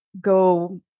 go